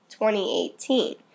2018